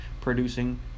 producing